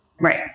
Right